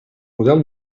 model